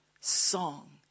song